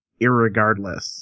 irregardless